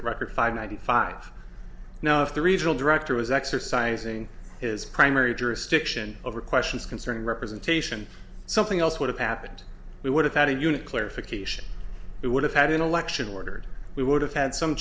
a record five ninety five now if the regional director was exercising his primary jurisdiction over questions concerning representation something else would have happened we would have had a unique clarification it would have had an election ordered we would have had some